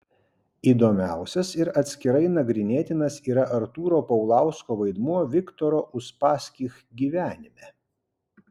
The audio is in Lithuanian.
įdomiausias ir atskirai nagrinėtinas yra artūro paulausko vaidmuo viktoro uspaskich gyvenime